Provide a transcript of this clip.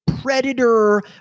predator